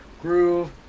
groove